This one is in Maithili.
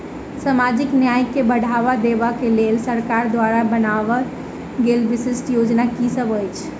सामाजिक न्याय केँ बढ़ाबा देबा केँ लेल सरकार द्वारा बनावल गेल विशिष्ट योजना की सब अछि?